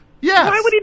Yes